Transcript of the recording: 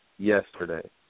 Yesterday